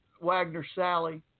Wagner-Sally